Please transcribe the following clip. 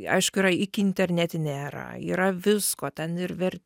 aišku yra iki internetinė era yra visko ten ir ver